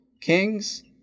kings